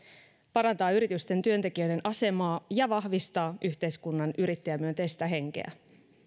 parantaa yritysten työntekijöiden asemaa ja vahvistaa yhteiskunnan yrittäjämyönteistä henkeä